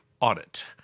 audit